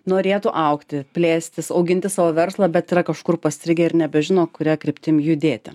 norėtų augti plėstis auginti savo verslą bet yra kažkur pastrigę ir nebežino kuria kryptim judėti